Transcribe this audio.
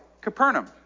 Capernaum